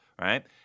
right